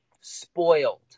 spoiled